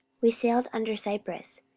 we sailed under cyprus,